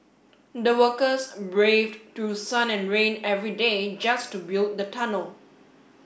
the workers braved through sun and rain every day just to build the tunnel